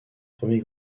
premier